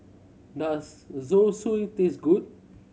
does Zosui taste good